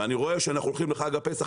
ואני רואה שאנחנו הולכים לחג הפסח,